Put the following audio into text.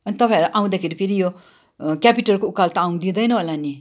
अनि तपाईँहरू आउँदाखेरि फेरि यो क्यापिटलको उकालो त आउनु दिँदैन होला नि